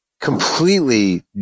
completely